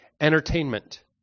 entertainment